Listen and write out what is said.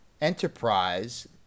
enterprise